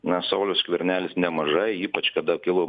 na saulius skvernelis nemažai ypač kada kilo